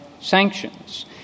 sanctions